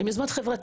שהן יוזמות חברתיות.